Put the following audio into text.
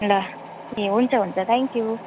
ल ए हुन्छ हुन्छ थ्याङ्क्यु